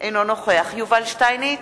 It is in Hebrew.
אינו נוכח יובל שטייניץ,